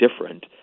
different